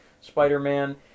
Spider-Man